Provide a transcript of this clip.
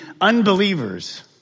unbelievers